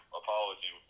apology